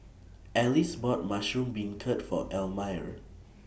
Alyce bought Mushroom Beancurd For Elmire